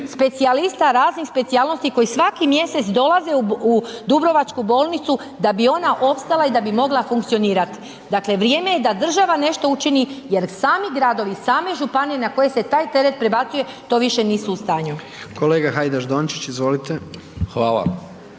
specijalista raznih specijalnosti koji svaki mjesec dolaze u dubrovačku bolnicu da bi ona opstala i da bi mogla funkcionirat, dakle vrijeme je da država nešto učini jer sami gradovi, same županije na koje se taj teret prebacuje, to više nisu u stanju. **Jandroković, Gordan